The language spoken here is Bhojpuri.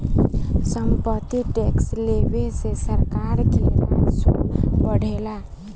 सम्पत्ति टैक्स लेवे से सरकार के राजस्व बढ़ेला